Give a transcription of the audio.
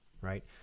right